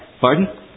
pardon